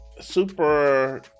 super